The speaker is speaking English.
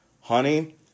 honey